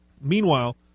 Meanwhile